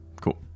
Cool